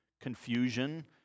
confusion